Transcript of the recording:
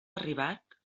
arribat